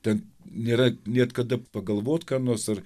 ten nėra net kada pagalvot ką nors ar